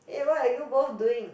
eh what are you both doing